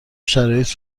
شرایط